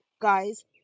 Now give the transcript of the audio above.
Guys